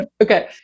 Okay